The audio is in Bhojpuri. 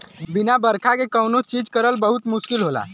बिना बरखा क कौनो चीज करल बहुत मुस्किल होला